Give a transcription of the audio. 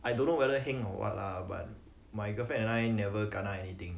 I don't know whether heng or what lah but my girlfriend and I never kena anything